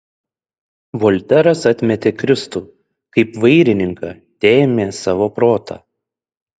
volteras atmetė kristų kaip vairininką teėmė savo protą